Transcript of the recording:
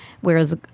Whereas